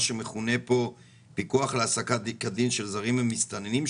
שמכונה פה פיקוח להעסקה כדין של זרים ומסתננים,